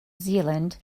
zealand